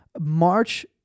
March